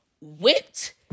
whipped